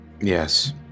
Yes